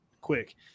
quick